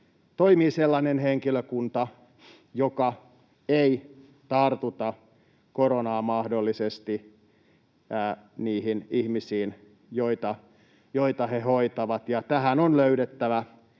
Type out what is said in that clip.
toimii sellainen henkilökunta, joka ei mahdollisesti tartuta koronaa niihin ihmisiin, joita he hoitavat, ja tähän on löydettävä